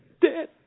Dead